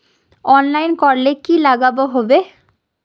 Online करले की लागोहो होबे?